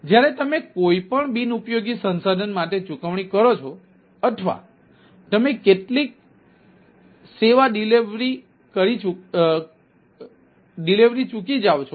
જ્યારે તમે કોઈ પણ બિનઉપયોગી સંસાધન માટે ચૂકવણી કરો છો અથવા તમે કેટલીક સેવા ડિલિવરી ચૂકી જાઓ છો